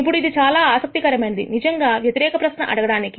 ఇప్పుడు ఇది చాలా ఆసక్తికరమైనది నిజంగా వ్యతిరేక ప్రశ్న అడగడానికి